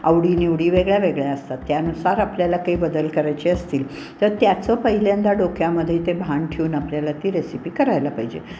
आवडीनिवडी वेगळ्या वेगळ्या असतात त्यानुसार आपल्याला काही बदल करायचे असतील तर त्याचं पहिल्यांदा डोक्यामध्ये ते भान ठेवून आपल्याला ती रेसिपी करायला पाहिजे